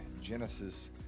Genesis